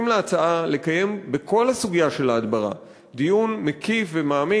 אני מסכים להצעה לקיים בכל הסוגיה של ההדברה דיון מקיף ומעמיק.